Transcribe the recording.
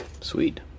Sweet